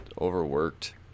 overworked